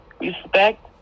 respect